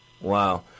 Wow